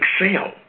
excel